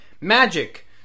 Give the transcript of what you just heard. Magic